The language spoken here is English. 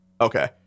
Okay